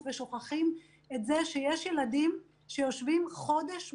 ושוכחים את זה שיש ילדים שיושבים חודש בבית.